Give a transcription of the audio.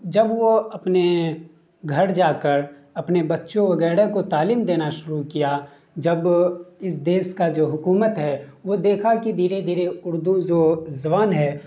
جب وہ اپنے جا کر اپنے بچوں وغیرہ کو تعلیم دینا شروع کیا جب اس دیش کا جو حکومت ہے وہ دیکھا کہ دھیرے دھیرے اردو جو زبان ہے